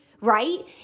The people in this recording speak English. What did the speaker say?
right